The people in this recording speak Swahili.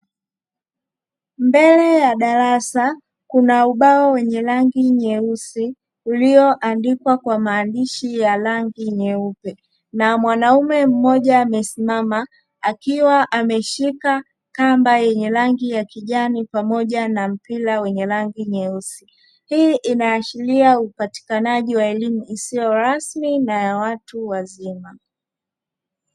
Mbele ya darasa kuna ubao wenye rangi nyeusi; ulioandikwa kwa maandishi ya rangi nyeupe na mwanaume mmoja amesimama, akiwa ameshika kamba yenye rangi ya kijani pamoja na mpira wenye rangi nyeusi. Hii inaashiria upatikanaji wa elimu isiyo rasmi na ya watu wazima.